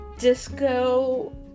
disco